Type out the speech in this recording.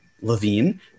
Levine